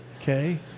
okay